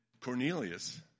Cornelius